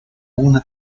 una